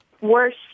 worse